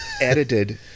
edited